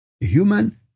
Human